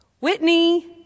Whitney